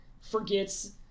Forgets